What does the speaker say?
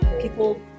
People